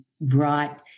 brought